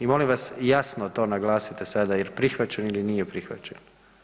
I molim vas, jasno to naglasite sada je li prihvaćen ili nije prihvaćen.